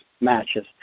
matches